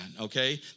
okay